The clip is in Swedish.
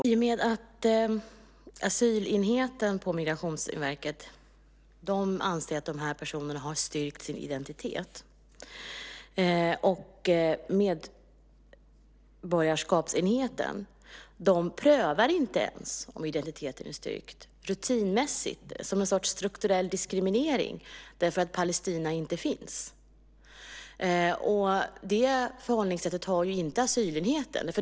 Fru talman! Asylenheten på Migrationsverket anser att dessa personer har styrkt sin identitet. Men medborgarskapsenheten prövar inte ens om identiteten är styrkt. Det sker rutinmässigt som en sorts strukturell diskriminering därför att Palestina inte finns. Det förhållningssättet har inte asylenheten.